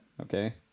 Okay